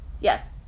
Yes